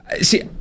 See